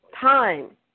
time